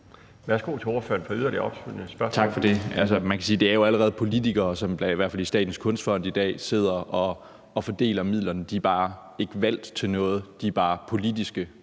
Værsgo til ordføreren for et yderligere, opfølgende spørgsmål. Kl. 13:13 Mikkel Bjørn (DF): Tak for det. Man kan sige, at det jo allerede er politikere, som i hvert fald i Statens Kunstfond i dag sidder og fordeler midlerne. De er bare ikke valgt til noget, de er bare uformelt politiske.